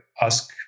ask